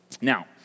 Now